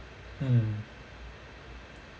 mm